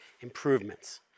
improvements